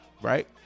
right